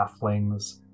Halflings